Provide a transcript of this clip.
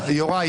לרשותך.